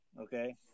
okay